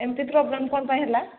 ଏମିତି ପ୍ରୋବ୍ଲେମ୍ କ'ଣ ପାଇଁ ହେଲା